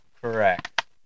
Correct